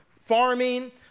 farming